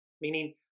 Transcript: Meaning